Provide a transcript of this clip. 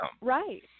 Right